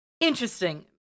interesting